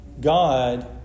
God